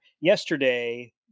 Yesterday